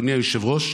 אדוני היושב-ראש,